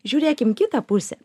žiūrėkim kitą pusę